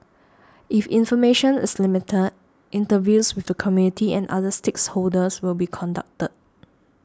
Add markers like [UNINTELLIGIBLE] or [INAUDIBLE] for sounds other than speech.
if information is limited interviews with the community and other [UNINTELLIGIBLE] will be conducted